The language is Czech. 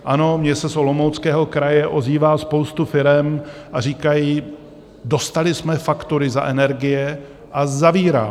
Ano, mně se z Olomouckého kraje ozývá spousta firem a říkají, dostali jsme faktury za energie a zavíráme.